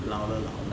老了老了